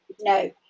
no